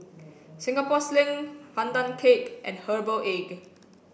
Singapore Sling Pandan Cake and herbal egg